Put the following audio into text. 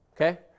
Okay